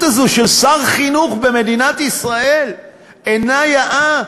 הזאת של שר חינוך במדינת ישראל אינה יאה,